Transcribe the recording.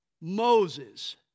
Moses